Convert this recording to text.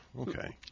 Okay